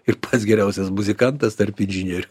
ir pats geriausias muzikantas tarp inžinierių